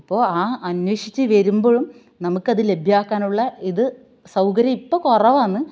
അപ്പൊവാ അന്വേഷിച്ചു വരുമ്പോഴും നമുക്കത് ലഭ്യാക്കാനുള്ളയിതു സൗകര്യം ഇപ്പോൾ കുറവാന്ന്